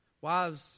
Wives